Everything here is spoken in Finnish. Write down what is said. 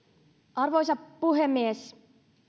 arvoisa puhemies